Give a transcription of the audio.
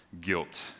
guilt